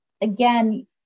again